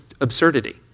absurdity